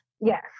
Yes